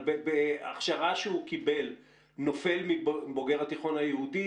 אבל בהכשרה שהוא קיבל נופל מבוגר התיכון היהודי?